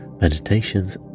meditations